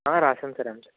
ఆ రాశాను సార్ ఎంసెట్